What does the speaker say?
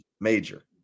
major